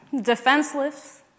defenseless